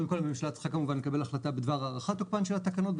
קודם כל הממשלה צריכה כמובן לקבל החלטה בדבר הארכת תוקפן של התקנות,